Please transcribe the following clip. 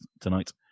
tonight